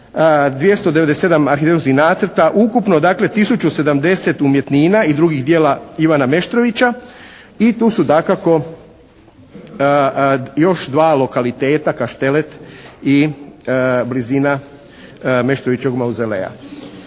297 arhitektonskih nacrta, ukupno dakle tisuću 70 umjetnina i drugih djela Ivana Meštrovića. I tu su dakako još dva lokaliteta, Kaštelet i blizina Meštrovićeve mauzoleja.